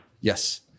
Yes